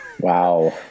wow